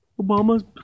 Obama's